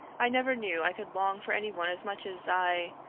i never knew i could long for anyone as much as i